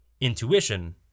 Intuition